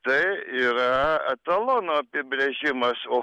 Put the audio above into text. tai yra etalono apibrėžimas o